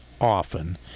often